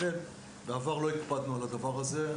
בעבר לא הקפדנו על הדבר הזה,